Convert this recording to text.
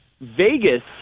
Vegas